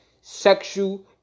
sexual